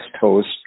host